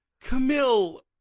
Camille